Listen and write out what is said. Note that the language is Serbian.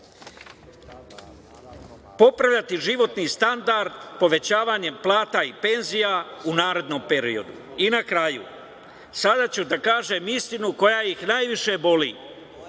popravljati životni standard povećanjem plata i penzija u narednom periodu. Na kraju, sada ću da kažem istinu koja ih najviše boli.